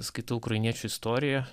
skaitau ukrainiečių istoriją